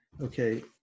Okay